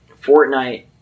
Fortnite